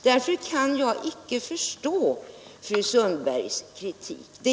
Därför kan jag inte förstå fru Sundbergs kritik.